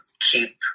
keep